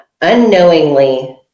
unknowingly